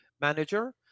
manager